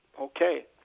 Okay